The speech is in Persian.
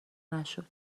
نشد